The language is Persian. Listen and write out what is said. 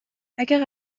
اگه